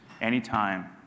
anytime